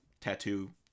tattoo